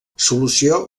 solució